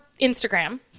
Instagram